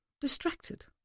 distracted